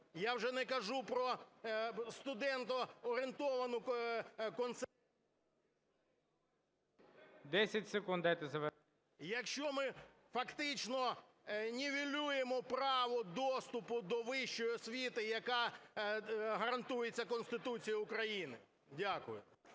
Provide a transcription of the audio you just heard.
Я вже не кажу про студентоорієнтовану… ГОЛОВУЮЧИЙ. 10 секунд дайте завершити. ЛУКАШЕВ О.А. Якщо ми фактично нівелюємо право доступу до вищої освіти, яка гарантується Конституцією України. Дякую.